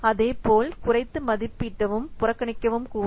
அதே போல் குறைத்து மதிப்பிடவும் புறக்கணிக்கவும்க்கூடும்